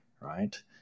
Right